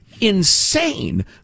insane